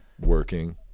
working